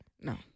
No